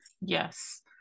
yes